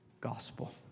gospel